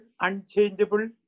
unchangeable